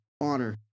honor